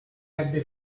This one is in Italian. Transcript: ebbe